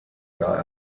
gar